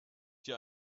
dir